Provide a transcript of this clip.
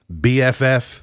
BFF